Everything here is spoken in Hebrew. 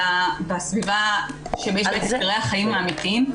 אלא בסביבה ש- -- החיים האמיתיים.